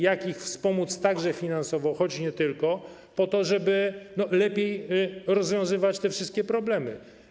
Jak można je wspomóc także finansowo, choć nie tylko, po to, żeby można było lepiej rozwiązywać te wszystkie problemy.